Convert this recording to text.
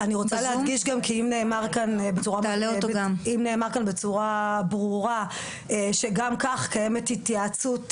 אני רוצה להדגיש גם כי אם נאמר כאן בצורה ברורה שגם כך קיימת התייעצות,